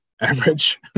average